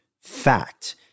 fact